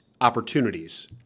opportunities